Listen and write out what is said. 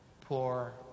poor